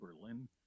Berlin